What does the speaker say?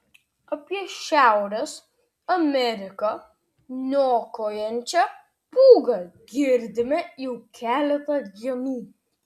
apie šiaurės ameriką niokojančią pūgą girdime jau keletą dienų